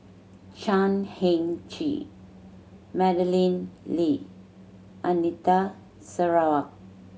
Chan Heng Chee Madeleine Lee Anita Sarawak